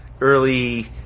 early